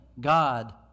God